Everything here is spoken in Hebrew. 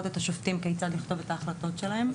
את השופטים כיצד לכתוב את ההחלטות שלהם,